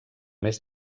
mes